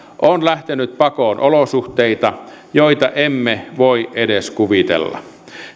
on lähtenyt pakoon olosuhteita joita emme voi edes kuvitella